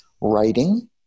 writing